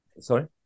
sorry